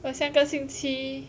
我下个星期